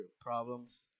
problems